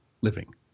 living